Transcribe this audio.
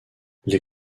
les